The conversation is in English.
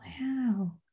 wow